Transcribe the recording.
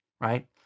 right